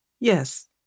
Yes